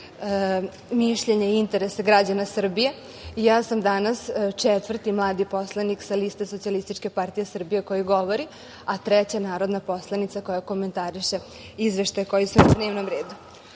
mišljenje i interese građana Srbije. Ja sam danas četvrti mladi poslanike sa liste SPS koji govori, a treća narodna poslanica koja komentariše izveštaje koji su na dnevnom redu.U